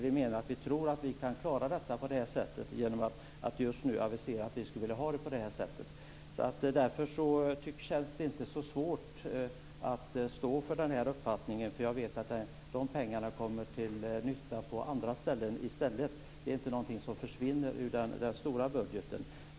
Vi tror att vi kan klara det genom att avisera att vi vill ha det på det här sättet. Därför känns det inte så svårt att stå för den här uppfattningen. Jag vet att dessa pengar kommer till nytta på andra ställen i stället. De försvinner inte ur den stora budgeten.